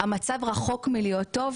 המצב רחוק מלהיות טוב,